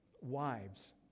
wives